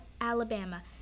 alabama